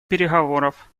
переговоров